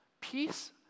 peace